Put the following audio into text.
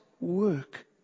work